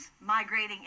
migrating